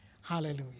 Hallelujah